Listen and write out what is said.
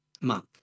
month